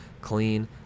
clean